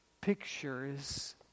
pictures